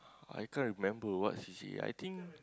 I can't remember what C_C_A I think